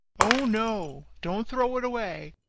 oh, no, don't throw it away!